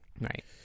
Right